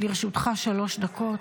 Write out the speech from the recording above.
לרשותך שלוש דקות.